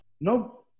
nope